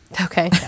Okay